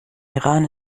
iran